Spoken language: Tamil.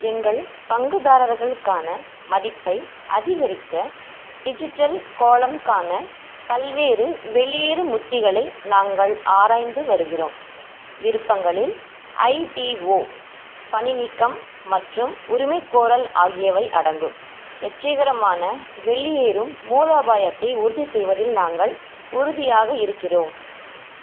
எங்கள் பங்குதாரர்களுக்கான மதிப்பை அதிகரிக்க டிஜிட்டல் கோளம்க்கான பல்வேறு வெளியேறும் உத்திகளை நாங்கள் ஆராய்ந்து வருகிறோம் விருப்பங்களில் ஐபிஓ பணிநீக்கம் மற்றும் உரிமைகோரல் ஆகியவை அடங்கும் வெற்றிகரமான வெளியேறும் மூலோபாயத்தை உறுதி செய்வதில் நாங்கள் உறுதியாக இருக்கிறோம்